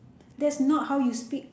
that's not how you speak